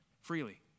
freely